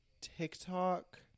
TikTok